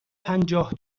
پنجاه